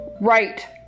right